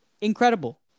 Incredible